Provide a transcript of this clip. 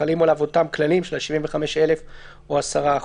חלים עליו אותם כללים של 75,000 או 10%,